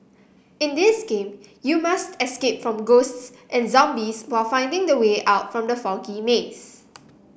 in this game you must escape from ghosts and zombies while finding the way out from the foggy maze